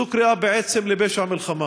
זו קריאה בעצם לפשע מלחמה.